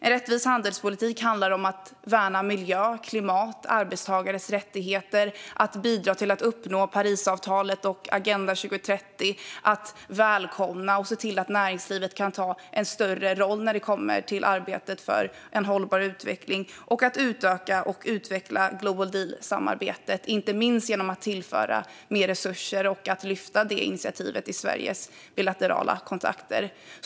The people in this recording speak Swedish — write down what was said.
En rättvis handelspolitik handlar om att värna miljö, klimat och arbetstagares rättigheter, att bidra till att uppnå Parisavtalet och Agenda 2030, att välkomna och se till att näringslivet kan ta en större roll när det kommer till arbetet för en hållbar utveckling och att utöka och utveckla Global Deal-samarbetet, inte minst genom att tillföra mer resurser och lyfta det initiativet i Sveriges bilaterala kontakter.